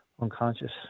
unconscious